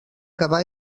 cavar